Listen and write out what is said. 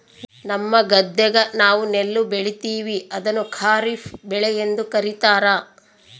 ನಮ್ಮ ಗದ್ದೆಗ ನಾವು ನೆಲ್ಲು ಬೆಳೀತೀವಿ, ಅದನ್ನು ಖಾರಿಫ್ ಬೆಳೆಯೆಂದು ಕರಿತಾರಾ